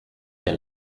der